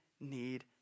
need